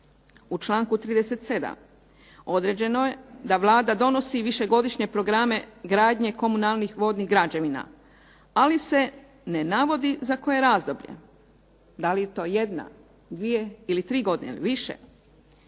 U članku 37. određeno je da Vlada višegodišnje programe gradnje komunalnih vodnih građevina, ali se ne navodi za koje razdoblje. Da li je to jedna, dvije ili tri godine ili više.